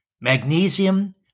magnesium